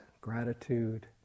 gratitude